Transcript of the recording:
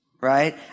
right